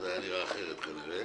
זה היה נראה אחרת כנראה.